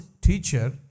teacher